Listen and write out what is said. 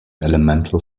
elemental